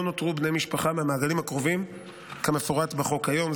נותרו בני משפחה מהמעגלים הקרובים כמפורט בחוק כיום.